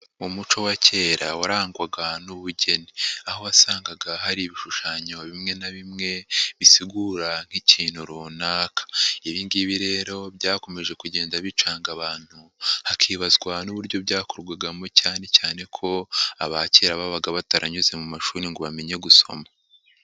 Umuco wa kera warangwaga n'ubugeni, aho wasangaga hari ibishushanyo bimwe na bimwe bisigura nk'ikintu runaka, ibi ngibi rero byakomeje kugenda bicanga abantu hakibazwa n'uburyo byakorwagamo cyane cyane ko abakera babaga ba bataranyuze mu mashuri ngo bamenye gusoma.